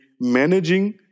managing